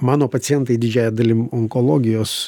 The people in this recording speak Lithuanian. mano pacientai didžiąja dalim onkologijos